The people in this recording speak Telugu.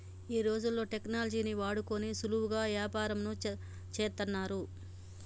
ఈ రోజుల్లో టెక్నాలజీని వాడుకొని సులువుగా యాపారంను చేత్తన్నారు